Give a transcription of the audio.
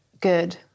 good